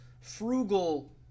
frugal